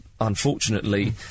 unfortunately